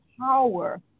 power